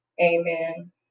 Amen